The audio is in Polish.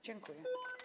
Dziękuję.